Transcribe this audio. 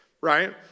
right